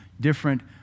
different